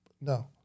No